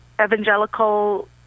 Evangelical